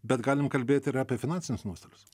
bet galim kalbėti ir apie finansinius nuostolius